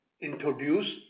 introduce